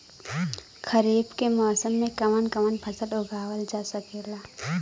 खरीफ के मौसम मे कवन कवन फसल उगावल जा सकेला?